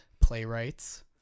Playwrights